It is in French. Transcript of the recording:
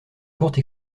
courte